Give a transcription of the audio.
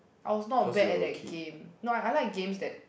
I was not bad at that game no I I like games that